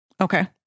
Okay